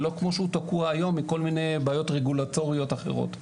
ולא כפי שהוא תקוע היום מכל מיני בעיות רגולטוריות אחרות.